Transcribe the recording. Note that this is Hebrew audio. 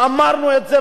ואומרים את זה.